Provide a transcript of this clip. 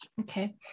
Okay